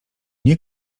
nie